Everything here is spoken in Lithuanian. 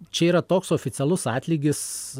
čia yra toks oficialus atlygis